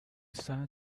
started